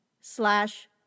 slash